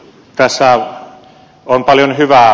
tässä on paljon hyvää